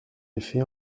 effet